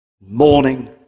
morning